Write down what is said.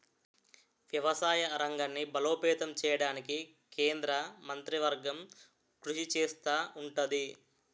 వ్యవసాయ రంగాన్ని బలోపేతం చేయడానికి కేంద్ర మంత్రివర్గం కృషి చేస్తా ఉంటది